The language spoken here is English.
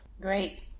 Great